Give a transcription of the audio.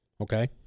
Okay